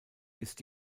ist